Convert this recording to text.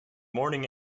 morning